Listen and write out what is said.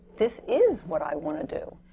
this is what i want to do!